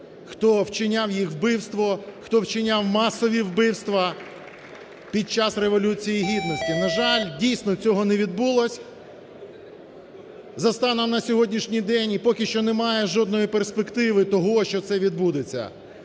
хто вчиняв їх вбивство, хто вчиняв масові вбивства під час Революції гідності. На жаль, дійсно цього не відбулось за станом на сьогоднішній день. І поки що немає жодної перспективи того, що це відбудеться.